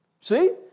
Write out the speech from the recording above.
See